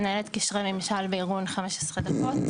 מנהלת קשרי ממשל בארגון "15 דקות",